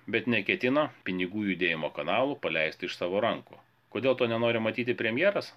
bet neketino pinigų judėjimo kanalų paleisti iš savo rankų kodėl to nenori matyti premjeras